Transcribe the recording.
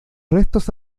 restos